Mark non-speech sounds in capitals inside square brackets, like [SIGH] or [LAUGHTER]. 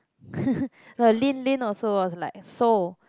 [LAUGHS] no Lynn Lynn also was like so